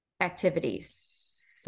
activities